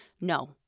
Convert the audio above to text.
No